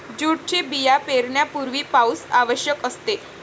जूटचे बिया पेरण्यापूर्वी पाऊस आवश्यक असते